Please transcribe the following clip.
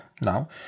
now